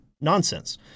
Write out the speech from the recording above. nonsense